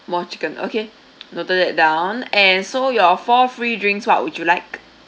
more chicken okay noted that down and so your four free drinks what would you like